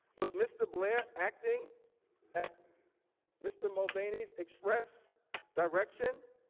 was mr. blair acting at mr. mulvaney expressed direction?